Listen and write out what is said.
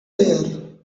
there